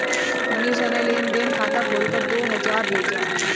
मनीषा ने लेन देन खाता खोलकर दो हजार भेजा